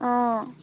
অঁ